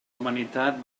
humanitat